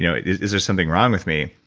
yeah is there something wrong with me?